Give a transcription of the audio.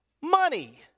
money